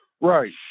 Right